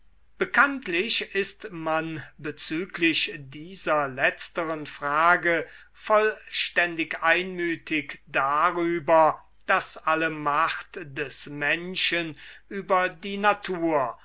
bekanntlich ist man bezüglich dieser letzteren frage vollständig einmütig darüber daß alle macht des menschen über die natur